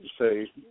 say